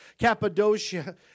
Cappadocia